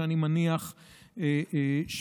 שאני מניח שיושלמו.